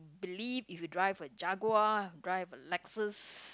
believe if you drive a Jaguar drive a Lexus